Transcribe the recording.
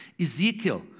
Ezekiel